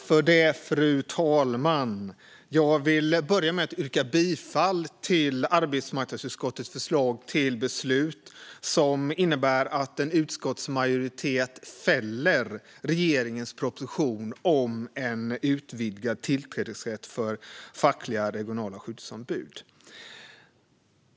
Fru talman! Jag vill börja med att yrka bifall till arbetsmarknadsutskottets förslag till beslut, som innebär att en utskottsmajoritet fäller regeringens proposition om en utvidgad tillträdesrätt för fackliga regionala skyddsombud.